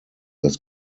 das